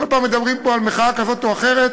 כל פעם מדברים פה על מחאה כזאת או אחרת,